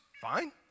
fine